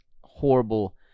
horrible